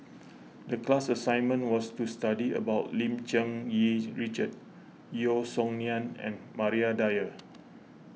the class assignment was to study about Lim Cherng Yih Richard Yeo Song Nian and Maria Dyer